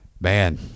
man